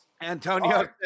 Antonio